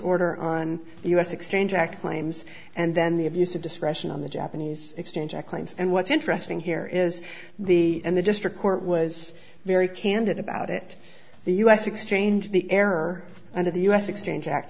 order on us exchange act claims and then the abuse of discretion on the japanese exchange of claims and what's interesting here is the and the district court was very candid about it the u s exchange the error under the u s exchange act